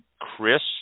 Chris